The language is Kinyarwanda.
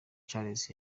charles